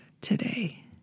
today